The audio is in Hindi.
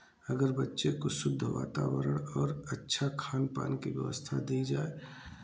अगर बच्चे को शुद्ध वातावरण और अच्छा खान पान की व्यवस्था दी जाए